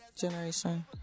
generation